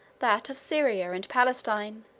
that of syria and palestine,